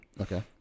Okay